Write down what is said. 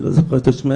אני לא זוכרת את שמה,